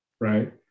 right